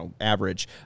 average